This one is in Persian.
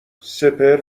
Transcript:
سپهر